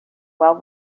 well